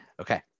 Okay